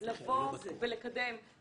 לבוא ולקדם את זה.